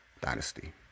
dynasty